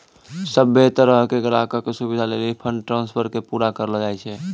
सभ्भे तरहो के ग्राहको के सुविधे लेली फंड ट्रांस्फर के पूरा करलो जाय छै